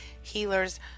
healers